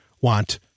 want